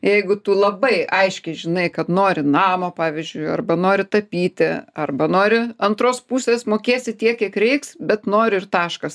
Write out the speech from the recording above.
jeigu tu labai aiškiai žinai kad nori namo pavyzdžiui arba nori tapyti arba nori antros pusės mokėsi tiek kiek reiks bet noriu ir taškas